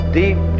deep